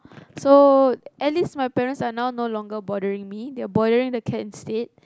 so at least my parents are now no longer bothering me they're bothering the cat instead